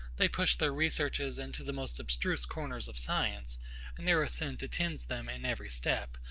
they push their researches into the most abstruse corners of science and their assent attends them in every step,